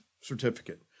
Certificate